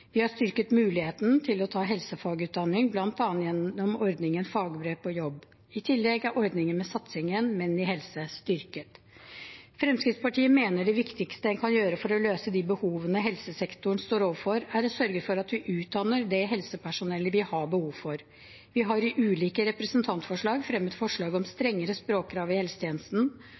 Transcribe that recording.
Vi har styrket muligheten til å ta helsefagutdanning, bl.a. gjennom ordningen med fagbrev på jobb. I tillegg er ordningen med satsingen Menn i helse styrket. Fremskrittspartiet mener det viktigste en kan gjøre for å løse de behovene helsesektoren står overfor, er å sørge for at vi utdanner det helsepersonellet vi har behov for. Vi har i ulike representantforslag fremmet forslag om strengere språkkrav i helsetjenesten,